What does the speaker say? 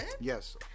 Yes